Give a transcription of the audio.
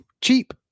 cheap